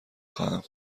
خواهم